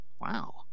Wow